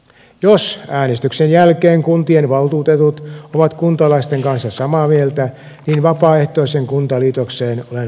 jos äänestyksen jälkeen kuntien valtuutetut ovat kuntalaisten kanssa samaa mieltä niin vapaaehtoisen kuntaliitoksen olen valmis hyväksymään